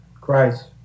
Christ